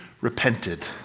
repented